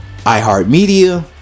iHeartMedia